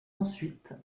ensuite